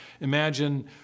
imagine